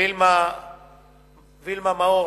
וילמה מאור,